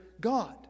God